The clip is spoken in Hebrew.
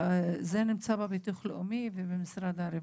זה נמצא בביטוח לאומי ובמשרד הרווחה.